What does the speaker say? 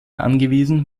angewiesen